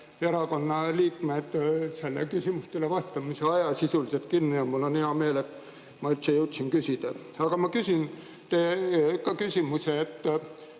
erakonna liikmed selle küsimustele vastamise aja sisuliselt kinni. Mul on hea meel, et ma üldse jõuan küsida. Ja ma küsin ka küsimuse. Te